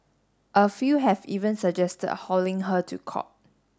a few have even suggested hauling her to court